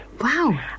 Wow